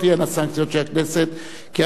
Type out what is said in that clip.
כי אנחנו חושבים ש-30 שנה זה מספיק.